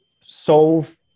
solve